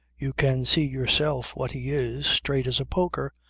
you can see yourself what he is. straight as a poker,